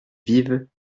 vive